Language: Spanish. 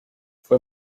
fue